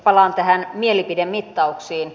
palaan näihin mielipidemittauksiin